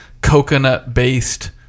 coconut-based